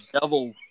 Devil